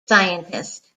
scientist